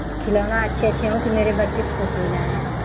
खिलौना अच्छे अच्छे हो तो मेरे बच्चे खुश हो जायें